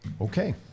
Okay